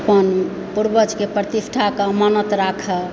अपन पूर्वजके प्रतिष्ठाके अमानत राख